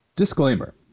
Disclaimer